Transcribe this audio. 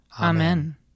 Amen